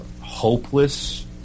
hopeless